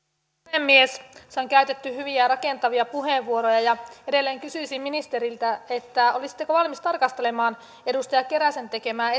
puhemies tässä on käytetty hyviä ja rakentavia puheenvuoroja edelleen kysyisin ministeriltä olisitteko valmis tarkastelemaan edustaja keräsen tekemää